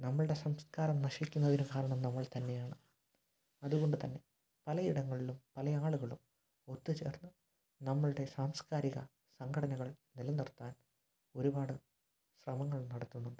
നമ്മളുടെ സംസ്കാരം നശിക്കുന്നതിനു കാരണം നമ്മൾ തന്നെയാണ് അതുകൊണ്ടു തന്നെ പലയിടങ്ങളിലും പല ആളുകളും ഒത്തുചേർന്ന് നമ്മളുടെ സാംസ്കാരിക സംഘടനകൾ നില നിർത്താൻ ഒരുപാട് ശ്രമങ്ങൾ നടത്തുന്നുണ്ട്